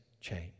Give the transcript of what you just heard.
change